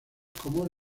como